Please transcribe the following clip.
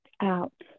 out